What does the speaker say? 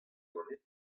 ganit